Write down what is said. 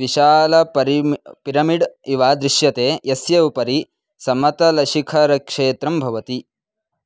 विशालपरिमि pyramid इव दृश्यते यस्य उपरि समतलशिखरक्षेत्रं भवति